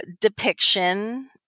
depiction